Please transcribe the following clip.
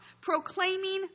proclaiming